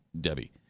Debbie